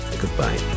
Goodbye